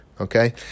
Okay